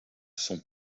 son